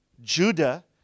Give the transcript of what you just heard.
Judah